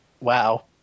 wow